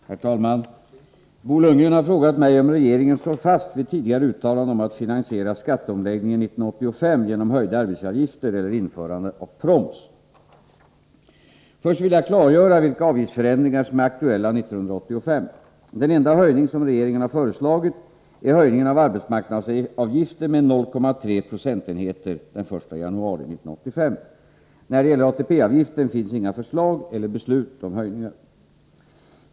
Herr talman! Bo Lundgren har frågat mig om regeringen står fast vid tidigare uttalanden om att finansiera skatteomläggningen 1985 genom höjda arbetsgivaravgifter eller införande av proms. Först vill jag klargöra vilka avgiftsförändringar som är aktuella 1985. Den enda höjning som regeringen har föreslagit är höjningen av arbetsmarknadsavgiften med 0,3 procentenheter den 1 januari 1985. När det gäller ATP-avgiften finns inga förslag eller beslut om höjningar.